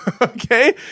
Okay